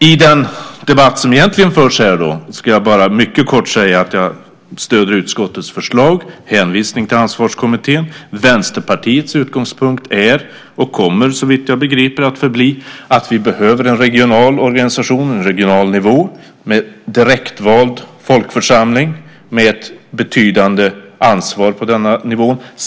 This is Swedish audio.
I den debatt som egentligen förs här ska jag bara mycket kort säga att jag stöder utskottets förslag, hänvisning till Ansvarskommittén. Vänsterpartiets utgångspunkt är och kommer såvitt jag begriper att förbli att vi behöver en regional organisation, en regional nivå med direktvald folkförsamling med ett betydande ansvar på denna nivå.